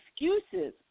excuses